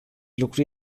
lucru